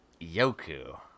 Yoku